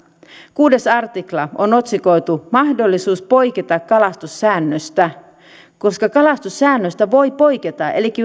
kuudes artikla on otsikoitu mahdollisuus poiketa kalastussäännöstä koska kalastussäännöstä voi poiketa elikkä